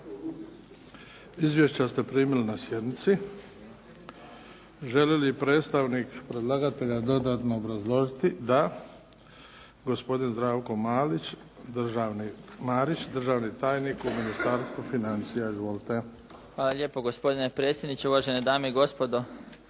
Izvješća ste primili na sjednici. Želi li predstavnik predlagatelja dodatno obrazložiti? Da. Gospodin Zdravko Marić, državni tajnik u Ministarstvu financija. Izvolite. **Marić, Zdravko** Hvala lijepo gospodine predsjedniče, uvažene dame i gospodo